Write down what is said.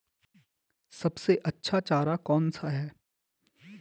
सबसे अच्छा चारा कौन सा है?